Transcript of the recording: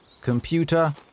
computer